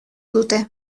dute